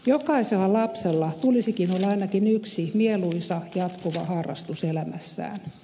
jokaisella lapsella tulisikin olla ainakin yksi mieluisa jatkuva harrastus elämässään